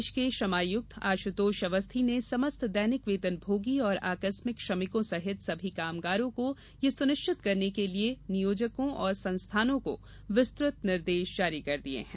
प्रदेश के श्रमायुक्त आशुतोष अवस्थी ने समस्त दैनिक वेतन भोगी और आकस्मिक श्रमिकों सहित सभी कामगारों को यह सुविधा देने के लिए नियोजकों और संस्थानों को विस्तृत निर्देश जारी कर दिये हैं